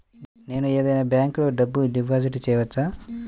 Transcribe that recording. నేను ఏదైనా బ్యాంక్లో డబ్బు డిపాజిట్ చేయవచ్చా?